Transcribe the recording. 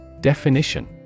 Definition